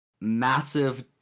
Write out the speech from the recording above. massive